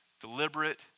deliberate